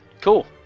Cool